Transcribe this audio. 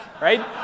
right